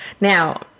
Now